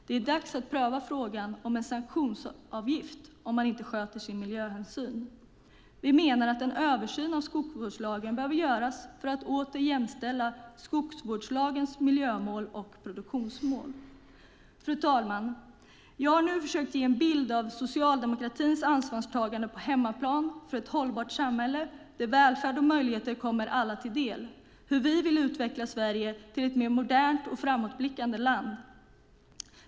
Det är dags att pröva frågan om en sanktionsavgift om man inte sköter sin miljöhänsyn. Vi menar att en översyn av skogsvårdslagen behöver göras för att åter jämställa skogsvårdslagens miljömål och produktionsmål. Fru talman! Jag har nu försökt ge en bild av socialdemokratins ansvarstagande på hemmaplan för ett hållbart samhälle där välfärd och möjligheter kommer alla till del. Vi vill utveckla Sverige till ett mer modernt och framåtblickande land.